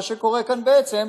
מה שקורה כאן בעצם,